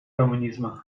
коммунизма